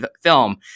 film